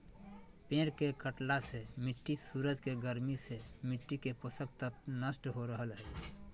पेड़ के कटला से मिट्टी सूरज के गर्मी से मिट्टी के पोषक तत्व नष्ट हो रहल हई